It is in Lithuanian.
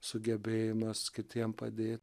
sugebėjimas kitiem padėt